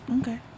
okay